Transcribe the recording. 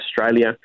Australia